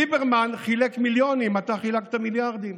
ליברמן חילק מיליונים, אתה חילקת מיליארדים.